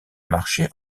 marché